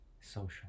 social